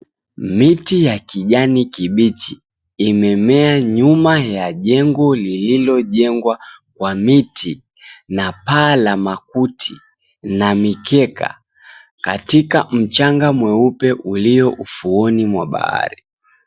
Miti ya kijani kibichi imemea nyuma ya jengo lilojengwa kwa miti. Na paa makuti na mikeka. Katika mchanga mweupe ulio ufuoni mwa bahari.